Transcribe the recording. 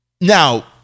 Now